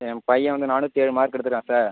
என் பையன் வந்து நானூத்தி ஏழு மார்க் எடுத்திருக்கான் சார்